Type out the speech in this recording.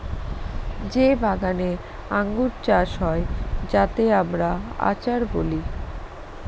যে বাগানে আঙ্গুর চাষ হয় যাতে আমরা আচার বলি